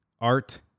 art